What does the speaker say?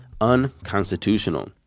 unconstitutional